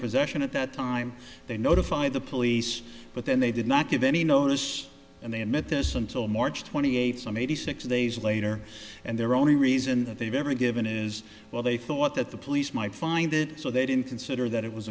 possession at that time they notify the police but then they did not give any notice and they admit this until march twenty eighth some eighty six days later and their only reason that they've ever given is well they thought that the police might find it so they didn't consider that it was